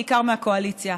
בעיקר מהקואליציה,